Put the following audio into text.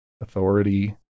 authority